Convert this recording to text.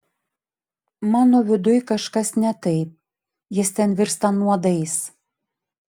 mano viduj kažkas ne taip jis ten virsta nuodais